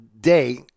day